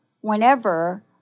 whenever